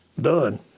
done